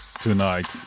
tonight